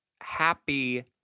happy